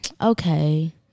okay